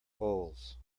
bowls